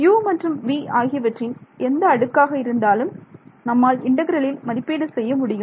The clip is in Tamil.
u மற்றும் v ஆகியவற்றின் எந்த அடுக்காக இருந்தாலும் நம்மால் இன்டெக்ரலில் மதிப்பீடு செய்ய முடியும்